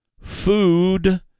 food